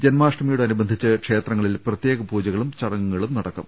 ജന്മാഷ്ടമിയോടനുബ ന്ധിച്ച് ക്ഷേത്രങ്ങളിൽ പ്രത്യേക പൂജകളും ചടങ്ങുകളും നടക്കും